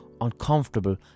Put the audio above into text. uncomfortable